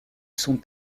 sont